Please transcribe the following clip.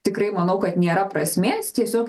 tikrai manau kad nėra prasmės tiesiog